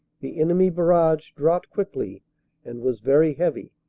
the enemy barrage dropped quickly and was very heavy,